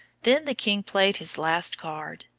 then the king played his last card.